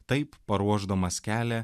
taip paruošdamas kelią